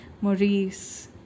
Maurice